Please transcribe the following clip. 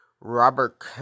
Robert